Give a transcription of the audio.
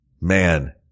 man